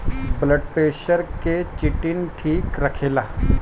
blood pressure के चिटिन ठीक रखेला